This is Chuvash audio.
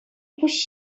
пуҫ